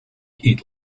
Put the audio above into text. eat